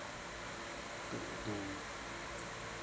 to to